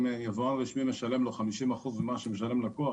אם יבואן רשמי משלם לו 50% --- משלם לקוח,